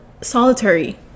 Solitary